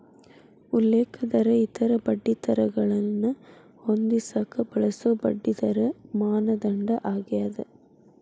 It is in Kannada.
ಉಲ್ಲೇಖ ದರ ಇತರ ಬಡ್ಡಿದರಗಳನ್ನ ಹೊಂದಿಸಕ ಬಳಸೊ ಬಡ್ಡಿದರ ಮಾನದಂಡ ಆಗ್ಯಾದ